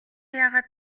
яагаад